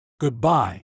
Goodbye